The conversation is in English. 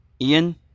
Ian